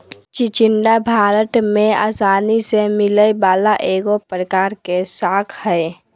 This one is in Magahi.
चिचिण्डा भारत में आसानी से मिलय वला एगो प्रकार के शाक हइ